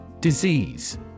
Disease